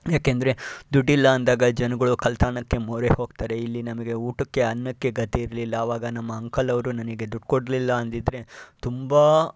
ಏಕೆಂದ್ರೆ ದುಡ್ಡಿಲ್ಲ ಅಂದಾಗ ಜನಗಳು ಕಳ್ಳತನಕ್ಕೆ ಮೊರೆ ಹೋಗ್ತಾರೆ ಇಲ್ಲಿ ನಮಗೆ ಊಟಕ್ಕೆ ಅನ್ನಕ್ಕೆ ಗತಿ ಇರಲಿಲ್ಲ ಆವಾಗ ನಮ್ಮ ಅಂಕಲವರು ನನಗೆ ದುಡ್ಡು ಕೊಡಲಿಲ್ಲ ಅಂದಿದ್ದರೆ ತುಂಬ